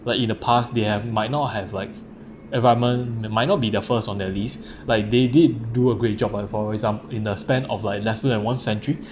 but in the past they have might not have like environment might not be the first on the list like they did do a great job like for examp~ in the span of like lesser than one century